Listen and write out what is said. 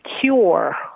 cure